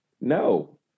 No